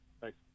Thanks